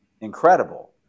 incredible